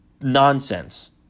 nonsense